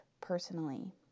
personally